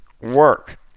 work